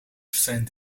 zijn